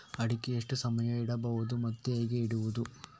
ಅಡಿಕೆ ಎಷ್ಟು ಸಮಯ ಇಡಬಹುದು ಮತ್ತೆ ಹೇಗೆ ಇಡುವುದು?